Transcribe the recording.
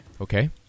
Okay